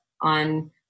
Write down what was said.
on